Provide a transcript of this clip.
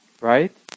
right